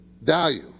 value